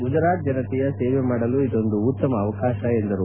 ಗುಜರಾತ್ ಜನತೆಯ ಸೇವೆ ಮಾಡಲು ಇದೊಂದು ಉತ್ತಮ ಅವಕಾಶ ಎಂದರು